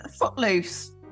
Footloose